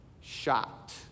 shot